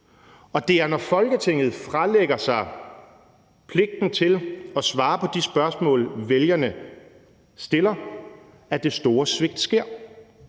Det er, når Folketinget fralægger sig pligten til at svare på de spørgsmål, vælgerne stiller, at det store svigt sker,